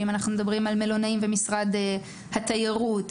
על מלונאים ומשרד התיירות,